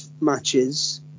matches